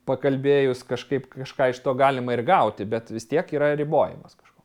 pakalbėjus kažkaip kažką iš to galima ir gauti bet vis tiek yra ribojamas kažko